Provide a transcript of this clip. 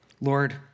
Lord